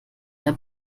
der